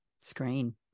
screen